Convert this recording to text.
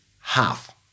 half